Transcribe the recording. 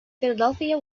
philadelphia